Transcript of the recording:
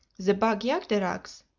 the bag-jagderags,